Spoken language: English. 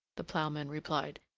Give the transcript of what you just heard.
the ploughman replied.